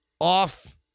Off